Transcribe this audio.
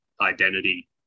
identity